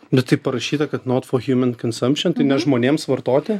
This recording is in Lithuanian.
ir taip parašyta kad not for human consumption tai ne žmonėms vartoti